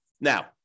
Now